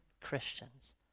Christians